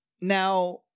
Now